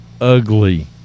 ugly